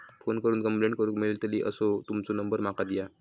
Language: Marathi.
फोन करून कंप्लेंट करूक मेलतली असो तुमचो नंबर माका दिया?